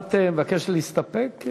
את מבקשת להסתפק?